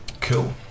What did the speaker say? cool